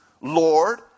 Lord